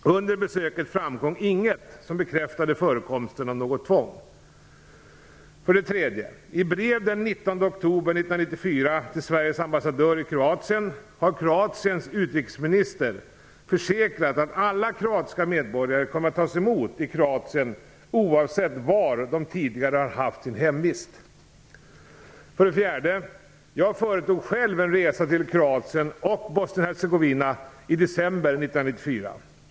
Under besöket framkom inget som bekräftade förekomsten av något tvång. I brev den 19 oktober 1994 till Sveriges ambassadör i Kroatien har Kroatiens utrikesminister försäkrat att alla kroatiska medborgare kommer att tas emot i Kroatien oavsett var de tidigare har haft sin hemvist. Jag företog själv en resa till Kroatien och Bosnien-Hercegovina i december 1994.